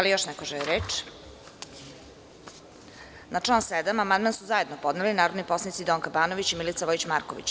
Da li još neko želi reč? (Ne.) Na član 7. amandman su zajedno podneli narodni poslanici Donka Banović i Milica Vojić Marković.